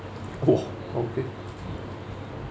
!whoa! okay